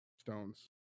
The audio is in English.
stones